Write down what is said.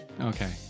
Okay